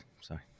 Sorry